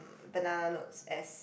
banana notes as